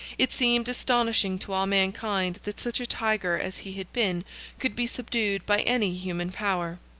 it seemed astonishing to all mankind that such a tiger as he had been could be subdued by any human power.